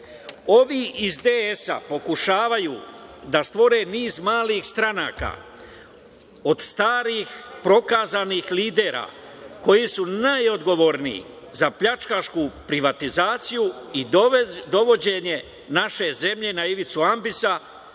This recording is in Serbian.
iz DS pokušavaju da stvore niz malih stranaka od starih prokazanih lidera koji su najodgovorniji za pljačkašku privatizaciju i dovođenje naše zemlje na ivicu ambisa